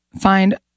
find